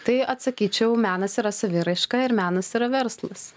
tai atsakyčiau menas yra saviraiška ir menas yra verslas